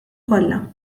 kollha